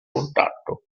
contatto